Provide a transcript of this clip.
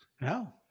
No